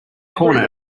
corner